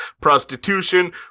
prostitution